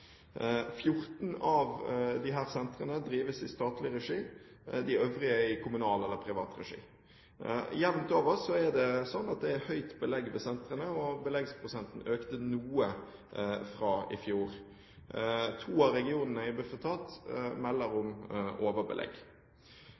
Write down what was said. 14 av disse sentrene drives i statlig regi, de øvrige er i kommunal eller privat regi. Jevnt over er det sånn at det er høyt belegg ved sentrene, og beleggsprosenten økte noe fra i fjor. To av regionene i Bufetat melder